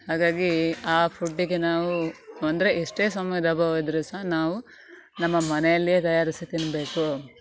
ಹಾಗಾಗಿ ಆ ಫುಡ್ಡಿಗೆ ನಾವು ಅಂದರೆ ಎಷ್ಟೇ ಸಮಯದ ಅಭಾವ ಇದ್ರೂ ಸಹ ನಾವು ನಮ್ಮ ಮನೆಯಲ್ಲಿಯೇ ತಯಾರಿಸಿ ತಿನ್ನಬೇಕು